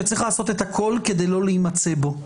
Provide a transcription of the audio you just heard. שצריך לעשות את הכול כדי לא להימצא בו.